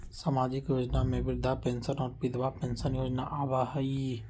सामाजिक योजना में वृद्धा पेंसन और विधवा पेंसन योजना आबह ई?